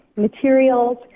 materials